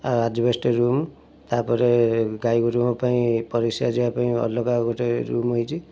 ଆଉ ଆଜବେଷ୍ଟ ରୁମ୍ ତାପରେ ଗାଈ ଗୋରୁଙ୍କ ପାଇଁ ପରିଶ୍ରା ଯିବା ପାଇଁ ଅଲଗା ଗୋଟେ ରୁମ୍ ହୋଇଛି